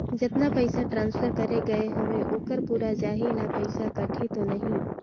जतना पइसा ट्रांसफर करे गये हवे ओकर पूरा जाही न पइसा कटही तो नहीं?